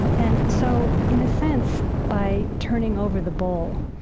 and so, in a sense, by turning over the bowl,